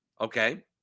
okay